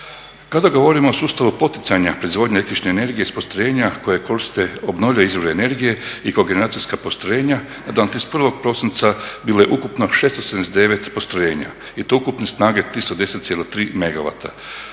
Kada govorimo o sustavu poticanja proizvodnje električne energije iz postrojenja koja koriste obnovljive izvore energije i kogeneracijska postrojenja na dan 31. prosinca bilo je ukupno 679 postrojenja i to ukupne snage 310,3